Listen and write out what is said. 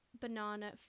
banana